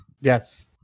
Yes